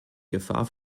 gefahr